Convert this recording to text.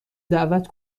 دعوت